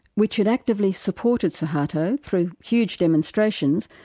which had actively supported suharto through huge demonstrations,